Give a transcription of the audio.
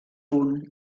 punt